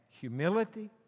humility